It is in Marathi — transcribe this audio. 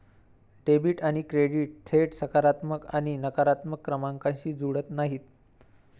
डेबिट आणि क्रेडिट थेट सकारात्मक आणि नकारात्मक क्रमांकांशी जुळत नाहीत